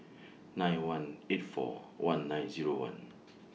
nine one eight four one nine Zero one